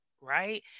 right